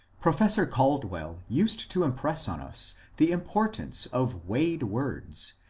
professor caldwell used to impress on us the importance of weighed words,